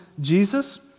Jesus